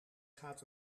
gaat